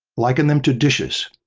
liken them to dishes.